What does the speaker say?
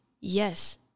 yes